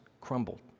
crumbled